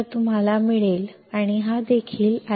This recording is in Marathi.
तर तुम्हाला मिळेल आणि हा देखील ID